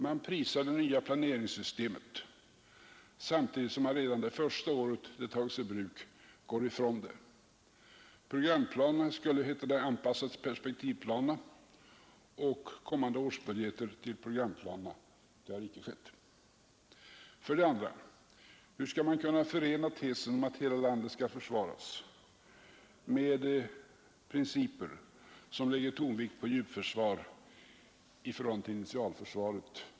Man prisar det nya planeringssystemet, samtidigt som man redan under första året då det tas i bruk går ifrån det. Programplanerna skulle, heter det, anpassas till perspektivplanerna och kommande års budgeter till programplanerna. Detta har icke skett. 2. Hur skall man kunna förena tesen om att hela landet skall försvaras med principer som lägger tonvikt på djupförsvar i förhållande till initialförsvaret?